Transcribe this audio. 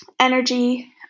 energy